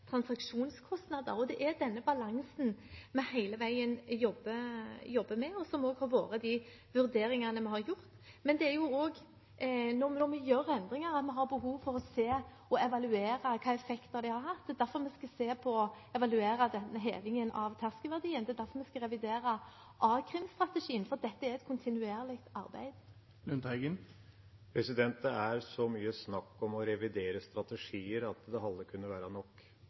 transaksjonskostnader. Og det er denne balansen vi hele veien jobber med, og som vi også har vurdert. Men når vi gjør endringer, har vi behov for å se på og evaluere hvilke effekter det har hatt. Det er derfor vi skal se på og evaluere denne hevingen av terskelverdien. Det er derfor vi skal revidere a-krimstrategien, for dette er et kontinuerlig arbeid. Det er så mye snakk om å revidere strategier at det halve kunne være nok.